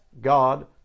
God